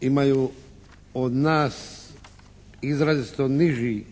imaju od nas izrazito niži